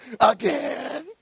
Again